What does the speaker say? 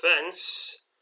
fence